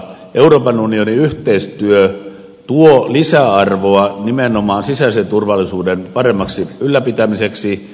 euroopan unionin yhteistyö tuo lisäarvoa nimenomaan sisäisen turvallisuuden paremmaksi ylläpitämiseksi